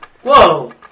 Whoa